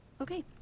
Okay